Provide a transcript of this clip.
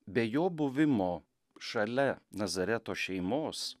be jo buvimo šalia nazareto šeimos